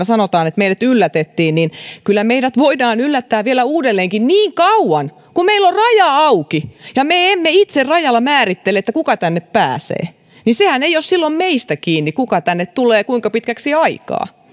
sanotaan että meidät yllätettiin niin kyllä meidät voidaan yllättää vielä uudelleenkin niin kauan kuin meillä on raja auki ja me emme itse rajalla määrittele kuka tänne pääsee niin sehän ei ole silloin meistä kiinni kuka tänne tulee ja kuinka pitkäksi aikaa